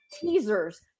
teasers